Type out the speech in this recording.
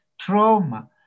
trauma